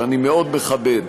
שאני מאוד מכבד,